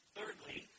Thirdly